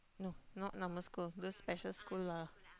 no not normal school those special school lah